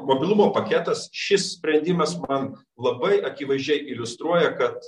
mobilumo paketas šis sprendimas man labai akivaizdžiai iliustruoja kad